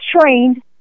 trained